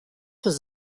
was